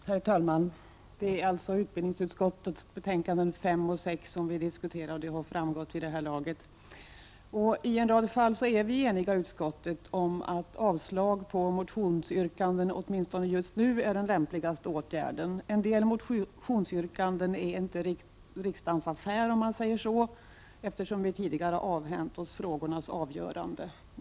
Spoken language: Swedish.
Herr talman! Som redan har framgått behandlar utbildningsutskottets betänkanden 5 och 6 en rad motioner inom högskoleområdet. I en rad fall är vi eniga i utskottet om att avslag på olika motionsyrkanden är, åtminstone just nu, den lämpligaste åtgärden. En del motionsyrkanden är inte riksdagens ”affär”, om man säger så, eftersom vi tidigare avhänt oss frågornas avgörande.